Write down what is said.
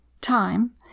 Time